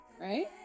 right